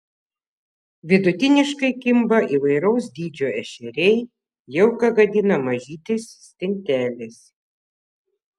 vidutiniškai kimba įvairaus dydžio ešeriai jauką gadina mažytės stintelės